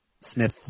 Smith